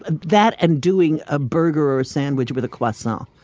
ah that, and doing a burger or a sandwich with a croissant,